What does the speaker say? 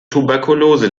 tuberkulose